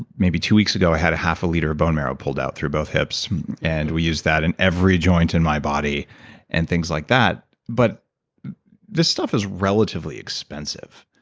maybe two weeks ago, i had a half a liter of bone marrow pulled out through both hips and we use that in every joint in my body and things like that, but this stuff is relatively expensive.